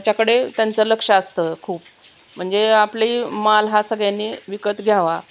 ह्याच्याकडे त्यांचं लक्ष असतं खूप म्हणजे आपली माल हा सगळ्यांनी विकत घ्यावा